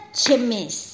chimneys